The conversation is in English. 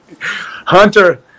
Hunter